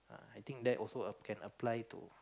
I think that also err can apply to